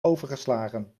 overgeslagen